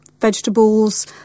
vegetables